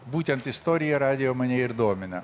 būtent istorija radijo mane ir domina